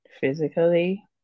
physically